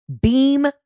Beam